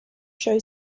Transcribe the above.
show